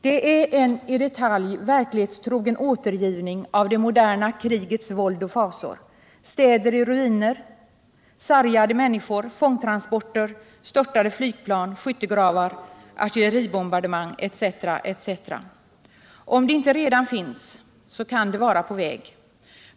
Det är en i detalj verklighetstrogen återgivning av det moderna krigets våld och fasor: städer i ruiner, sargade människor, fångtransporter, störtade flygplan, skyttegravar, artilleribombardemang etc . Om det inte redan finns kan det vara på väg.